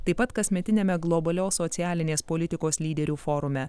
taip pat kasmetiniame globalios socialinės politikos lyderių forume